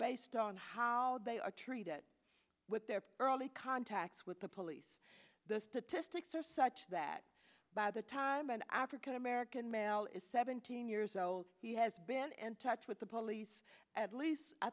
based on how they are treated with their early contacts with the police the statistics are such that by the time an african american male is seventeen years old he has been and touch with the police at least i